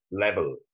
level